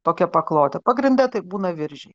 tokia paklotė pagrinde tai būna viržiai